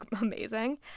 amazing